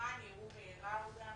למען יראו וייראו גם,